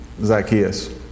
Zacchaeus